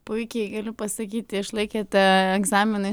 puikiai galiu pasakyti išlaikėte egzaminą